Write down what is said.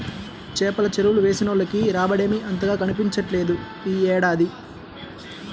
చేపల చెరువులు వేసినోళ్లకి రాబడేమీ అంతగా కనిపించట్లేదు యీ ఏడాది